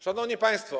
Szanowni Państwo!